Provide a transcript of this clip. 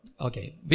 Okay